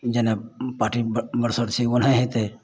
जेना उ पार्टी बऽ बरसर छै ओनाहे हेतय